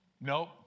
Nope